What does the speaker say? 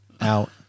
out